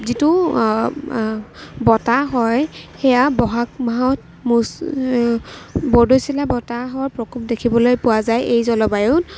যিটো বতাহ হয় সেয়া ব'হাগ মাহত বৰদৈচিলা বতাহৰ প্ৰকোপ দেখিবলৈ পোৱা যায় এই জলবায়ুত